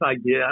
idea